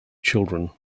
children